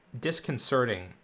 disconcerting